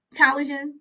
collagen